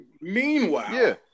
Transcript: Meanwhile